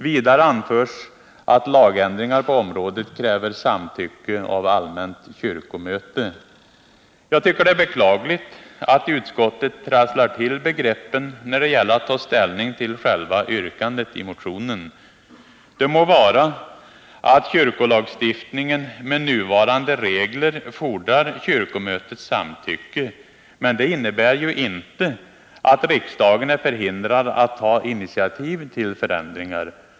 Vidare anförs att lagändringar på området kräver samtycke av allmänt kyrkomöte. Jag tycker att det är beklagligt att utskottet trasslar till begreppen när det gäller att ta ställning till själva yrkandet i motionen. Det må vara att ändringar i kyrkolagstiftningen med nuvarande regler fordrar kyrkomötets samtycke. Men det innebär ju inte att riksdagen är förhindrad att ta initiativ till förändringar.